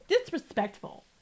disrespectful